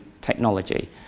technology